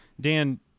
Dan